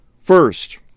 first